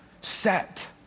set